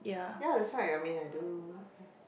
ya that's why I mean I do